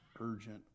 urgent